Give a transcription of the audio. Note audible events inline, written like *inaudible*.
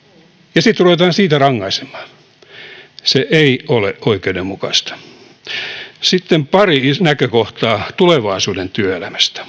ja sitten ruvetaan siitä rankaisemaan se ei ole oikeudenmukaista sitten pari näkökohtaa tulevaisuuden työelämästä *unintelligible*